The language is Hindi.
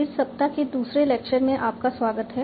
इस सप्ताह के दूसरे लेक्चर में आपका स्वागत है